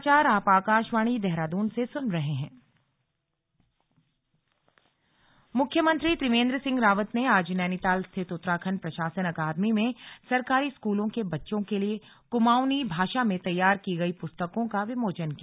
slug पुस्तक विमोचन मुख्यमंत्री त्रिवेंद्र सिंह रावत ने आज नैनीताल स्थित उत्तराखण्ड प्रशासन अकादमी में सरकारी स्कूलों के बच्चों के लिए कुमाऊंनी भाषा में तैयार की गई पुस्तकों का विमोचन किया